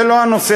זה לא הנושא,